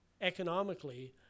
economically